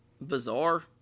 Bizarre